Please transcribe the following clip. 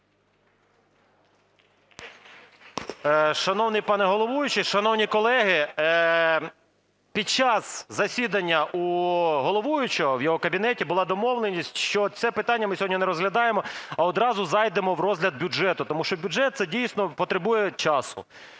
Шановний пане головуючий, шановні колеги, під час засідання у головуючого, в його кабінеті, була домовленість, що це питання ми сьогодні не розглядаємо, а одразу зайдемо в розгляд бюджету, тому що бюджет це дійсно потребує часу.